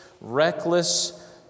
reckless